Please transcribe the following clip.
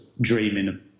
dreaming